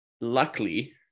Luckily